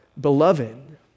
beloved